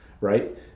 right